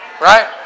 right